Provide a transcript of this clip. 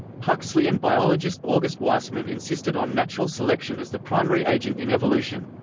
huxley and biologist august weismann insisted on natural selection as the primary agent in evolution.